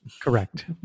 correct